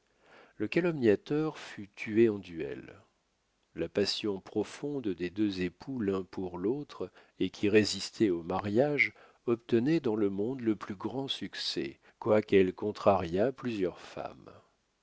le calomniateur fut tué en duel la passion profonde des deux époux l'un pour l'autre et qui résistait au mariage obtenait dans le monde le plus grand succès quoiqu'elle contrariât plusieurs femmes